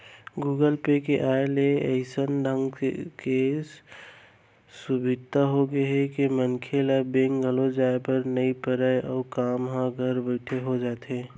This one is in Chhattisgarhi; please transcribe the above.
गुगल पे के आय ले अइसन ढंग के सुभीता हो गए हे के मनसे ल बेंक घलौ जाए बर नइ परय अउ काम ह घर बइठे हो जाथे